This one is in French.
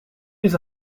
les